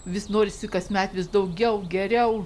vis norisi kasmet vis daugiau geriau